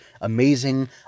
amazing